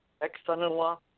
ex-son-in-law